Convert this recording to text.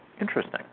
Interesting